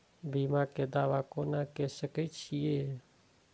बीमा के दावा कोना के सके छिऐ?